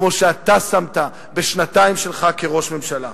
כמו שאתה שמת בשנתיים שלך כראש ממשלה.